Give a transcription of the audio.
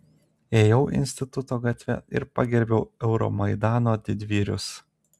ėjau instituto gatve ir pagerbiau euromaidano didvyrius